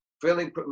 feeling